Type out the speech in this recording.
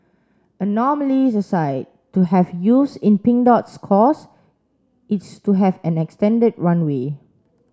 anomalies aside to have youths in Pink Dot's cause is to have an extended runway